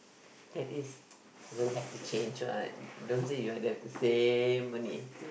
that is will have to change one don't say you have the same only